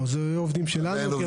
זה יהיה עובדים שלנו.